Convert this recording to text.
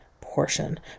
portion